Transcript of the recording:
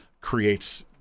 creates